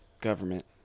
government